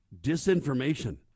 disinformation